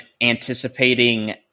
anticipating